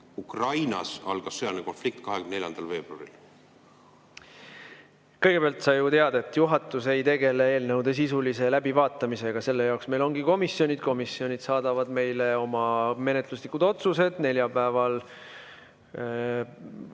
sõjalise agressiooni kontekstis pädev? Kõigepealt, sa ju tead, et juhatus ei tegele eelnõude sisulise läbivaatamisega. Selle jaoks meil ongi komisjonid. Komisjonid saadavad meile oma menetluslikud otsused neljapäeva